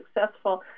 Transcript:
successful